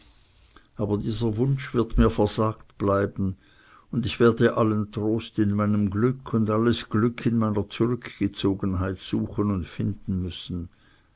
aber dieser wunsch wird mir versagt bleiben und ich werd allen trost in meinem glück und alles glück in meiner zurückgezogenheit suchen und finden müssen